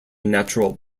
natural